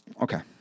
Okay